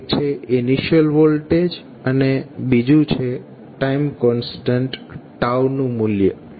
એક છે initial voltage અને બીજું છે ટાઇમ કોન્સ્ટન્ટ નું મૂલ્ય